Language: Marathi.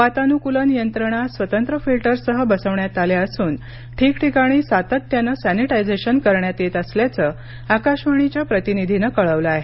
वातानुकूलन यंत्रणा स्वतंत्र फिल्टर्ससह बसविण्यात आल्या असून ठिकठिकाणी सातत्यानं सॅनीटायझेशन करण्यात येत असल्याचं आकाशवाणीच्या प्रतिनिधीन कळवलं आहे